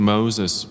Moses